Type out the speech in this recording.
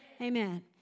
Amen